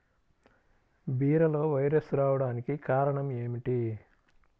బీరలో వైరస్ రావడానికి కారణం ఏమిటి?